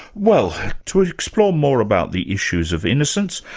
well to explore more about the issues of innocence,